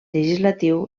legislatiu